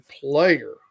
player